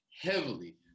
heavily